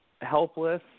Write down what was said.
helpless